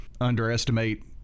underestimate